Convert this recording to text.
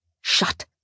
Shut